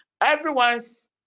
everyone's